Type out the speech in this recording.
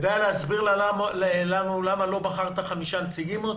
אתה יודע להסביר לנו למה לא בחרת עדיין חמישה נציגים?